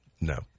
No